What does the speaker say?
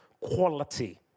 quality